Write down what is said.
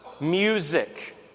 music